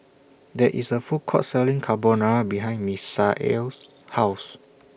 There IS A Food Court Selling Carbonara behind Misael's House